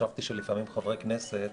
חשבתי שלפעמים חברי כנסת